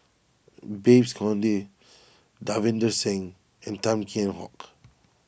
Babes Conde Davinder Singh and Tan Kheam Hock